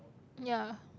ya